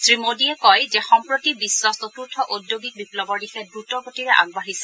শ্ৰীমোদীয়ে কয় যে সম্প্ৰতি বিশ্ব চতুৰ্থ ওদ্যোগিক বিপ্লৱৰ দিশে দ্ৰুত গতিৰে আগবাঢ়িছে